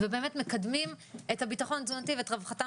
ובאמת מקדמים את הביטחון התזונתי ואת רווחתם